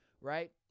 Right